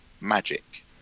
magic